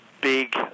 big